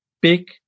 big